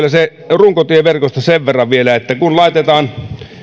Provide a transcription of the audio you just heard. runkotieverkosta sen verran vielä että kun laitetaan